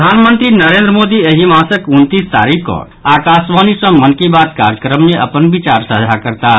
प्रधानमंत्री नरेन्द्र मोदी एहि मासक उनतीस तारीख कऽ आकाशवाणी सँ मन की बात कार्यक्रम मे अपन विचार साझा करताह